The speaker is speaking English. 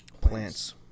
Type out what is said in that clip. plants